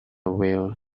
will